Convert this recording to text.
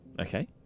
Okay